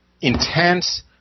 intense